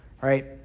right